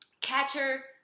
Catcher